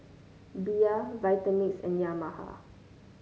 Bia Vitamix and Yamaha